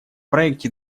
проекте